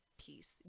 peace